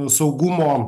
samdo saugumo